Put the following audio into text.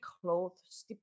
clothes